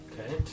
Okay